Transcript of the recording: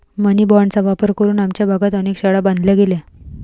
मनी बाँडचा वापर करून आमच्या भागात अनेक शाळा बांधल्या गेल्या